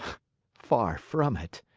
far from it!